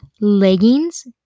leggings